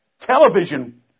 television